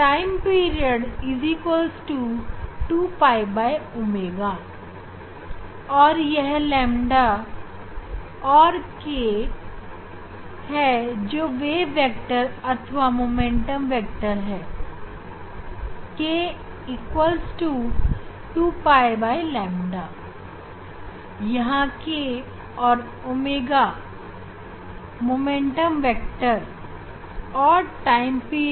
यह ƛ और यह k है जो तरंग वेक्टर अथवा मोमेंटम वेक्टर है k 2𝛑ƛ